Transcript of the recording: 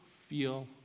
feel